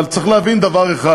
אבל צריך להבין דבר אחד: